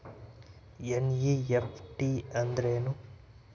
NEFT ಅಂದ್ರೆನು?